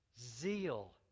Zeal